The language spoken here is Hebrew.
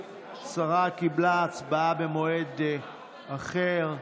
השרה קיבלה הצבעה במועד אחר.